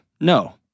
No